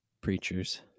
Preachers